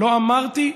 לא אמרתי,